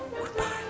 Goodbye